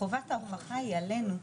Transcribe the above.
חובת ההוכחה היא עלינו.